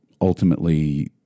ultimately